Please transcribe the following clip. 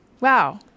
wow